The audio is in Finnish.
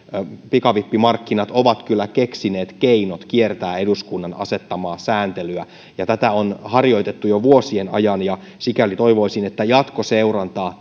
pikavippimarkkinat ovat kyllä keksineet keinot kiertää eduskunnan asettamaa sääntelyä ja tätä on harjoitettu jo vuosien ajan sikäli toivoisin että jatkoseurantaa